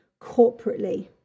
corporately